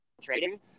trading